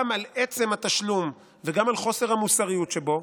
גם על עצם התשלום וגם על חוסר המוסריות שבו.